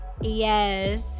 yes